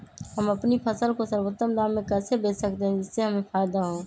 हम अपनी फसल को सर्वोत्तम दाम में कैसे बेच सकते हैं जिससे हमें फायदा हो?